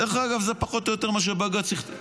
דרך אגב, זה פחות או יותר מה שבג"ץ משך.